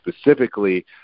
specifically